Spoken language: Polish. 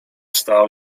stał